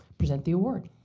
present the award.